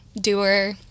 doer